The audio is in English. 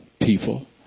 People